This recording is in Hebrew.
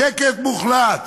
שקט מוחלט,